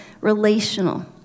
relational